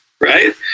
right